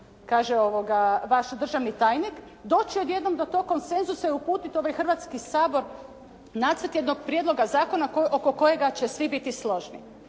kaže vaš državni tajnik, doći odjednom do tog konsenzusa i uputiti u ovaj Hrvatski sabor nacrt jednog prijedloga zakona oko kojega će svi biti složni.